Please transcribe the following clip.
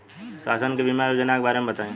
शासन के बीमा योजना के बारे में बताईं?